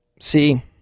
See